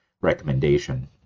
recommendation